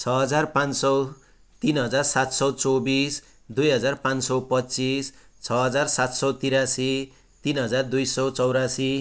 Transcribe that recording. छ हजार पाँच सौ तिन हजार सात सौ चौबिस दुई हजार पाँच सौ पच्चिस छ हजार सात सौ त्रियासी तिन हजार दुई सौ चौरासी